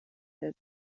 het